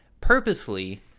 purposely